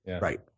right